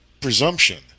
presumption